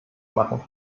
machen